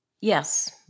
Yes